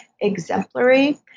exemplary